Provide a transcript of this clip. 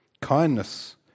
kindness